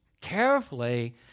carefully